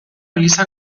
eliza